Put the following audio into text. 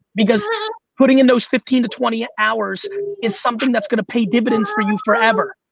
because putting in those fifteen to twenty hours is something that's gonna pay dividends for you forever.